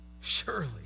surely